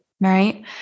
right